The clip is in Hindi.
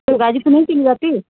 ग़ाज़ीपुर नहीं सिंग वाउति